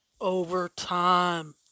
Overtime